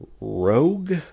Rogue